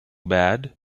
bad